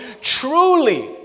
Truly